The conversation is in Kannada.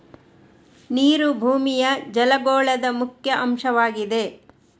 ನೀರು ಭೂಮಿಯ ಜಲಗೋಳದ ಮುಖ್ಯ ಅಂಶವಾಗಿದೆ